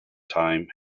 time